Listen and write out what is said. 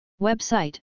Website